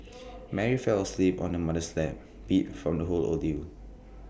Mary fell asleep on her mother's lap beat from the whole ordeal